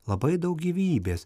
labai daug gyvybės